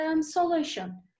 solution